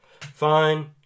fine